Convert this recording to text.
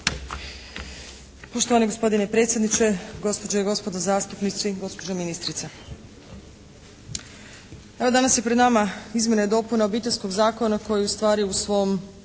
Poštovani gospodine predsjedniče, gospođe i gospodo zastupnici, gospođo ministrica! Evo, danas je pred nama izmjena i dopuna Obiteljskog zakona koji ustvari u svom